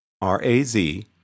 r-a-z